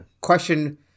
question